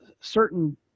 certain